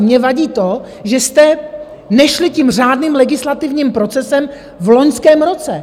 Mně vadí to, že jste nešli tím řádným legislativním procesem v loňském roce.